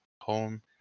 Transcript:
Home